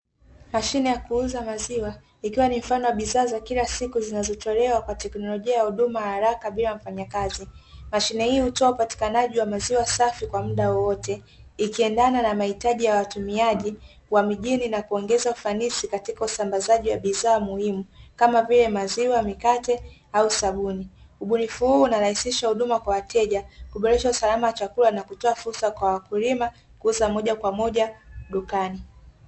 Mashine ya kuuza maziwa, ikiwa ni mfano wa bidhaa za kila siku zinazotolewa kwa teknolojia ya huduma ya haraka bila mfanyakazi. Mashine hii hutoa upatikanaji wa maziwa safi kwa muda wowote, ikiendana na mahitaji ya watumiaji wa mijini, na kuongeza ufanisi katika usambazaji wa bidhaa muhimu kama vile; maziwa, mikate au sabuni. Ubunifu huu unarahisisha huduma kwa wateja, kuboresha usalama wa chakula, na kutoa fursa kwa wakulima kuuza moja kwa moja dukani.